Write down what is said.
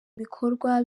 ibikorwa